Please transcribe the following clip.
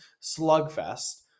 slugfest